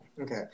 Okay